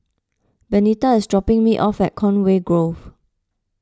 Benita is dropping me off at Conway Grove